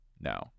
No